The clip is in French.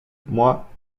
moi